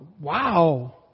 Wow